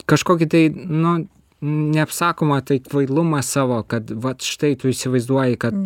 kažkokį tai nu neapsakomą tai kvailumą savo kad vat štai tu įsivaizduoji kad